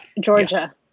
Georgia